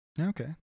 Okay